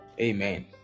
Amen